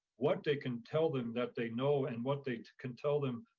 what they can tell them that they know and what they can tell them,